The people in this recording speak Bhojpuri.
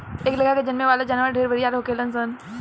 एह लेखा से जन्में वाला जानवर ढेरे बरियार होखेलन सन